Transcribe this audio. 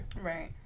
Right